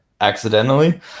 accidentally